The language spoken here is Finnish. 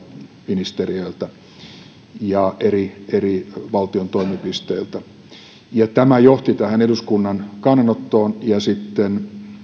ministeriöiltä ja eri eri valtion toimipisteiltä tämä johti tähän eduskunnan kannanottoon ja sitten